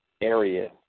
area